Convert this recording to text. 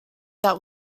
that